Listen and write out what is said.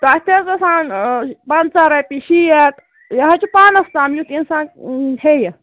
تَتھ تہِ حظ آسان پَنٛژاہ رۄپیہِ شیٹھ یہِ حظ چھُ پانَس تام یُتھ اِنسان ہیٚیِہِ